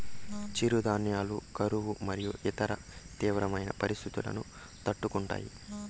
చిరుధాన్యాలు కరువు మరియు ఇతర తీవ్రమైన పరిస్తితులను తట్టుకుంటాయి